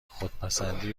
خودپسندی